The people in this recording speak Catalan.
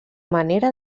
manera